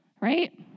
right